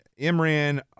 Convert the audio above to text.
Imran